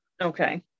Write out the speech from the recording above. okay